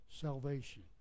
salvation